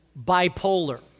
bipolar